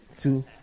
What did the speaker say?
two